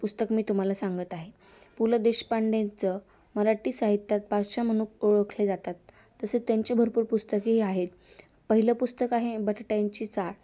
पुस्तक मी तुम्हाला सांगत आहे पु ल देशपांडेचं मराठी साहित्यात बादशाह म्हणून ओळखले जातात तसेच त्यांचे भरपूर पुस्तकही आहेत पहिलं पुस्तक आहे बटाट्याची चाळ